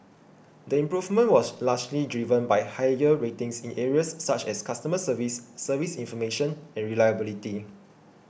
the improvement was largely driven by higher ratings in areas such as customer service service information and reliability